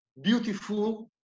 beautiful